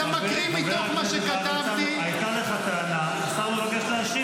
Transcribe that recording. אתה --- אתה מקריא מתוך מה שכתבתי -- חבר הכנסת הרצנו,